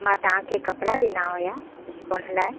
मां तव्हांखे कपिड़ा ॾिना हुआ धुअण लाइ